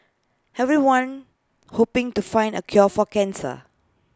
everyone hoping to find A cure for cancer